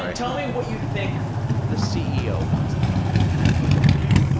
ah tell me what you think the ceo wants the company to become long-term?